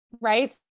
right